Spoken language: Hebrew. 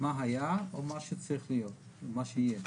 מה היה או מה שצריך להיות, או מה שיהיה.